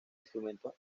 instrumentos